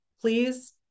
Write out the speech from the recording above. Please